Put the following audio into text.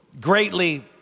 greatly